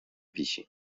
wisi